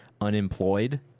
unemployed